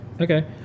Okay